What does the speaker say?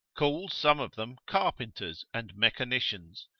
calls some of them carpenters and mechanicians,